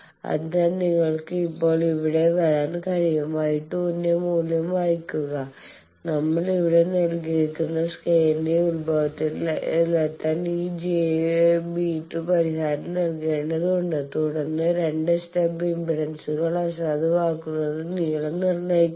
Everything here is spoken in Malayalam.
അതിനാൽ നിങ്ങൾക്ക് ഇപ്പോൾ ഇവിടെ വരാൻ കഴിയും Y 2 ന്റെ മൂല്യം വായിക്കുക നമ്മൾ ഇവിടെ നൽകിയിരിക്കുന്ന സ്കെയിലിന്റെ ഉത്ഭവത്തിലെത്താൻ ഈ j B2 നഷ്ടപരിഹാരം നൽകേണ്ടതുണ്ട് തുടർന്ന് 2 സ്റ്റബ് ഇംപെഡൻസുകൾ അസാധുവാക്കുന്നത് നീളം നിർണ്ണയിക്കുന്നു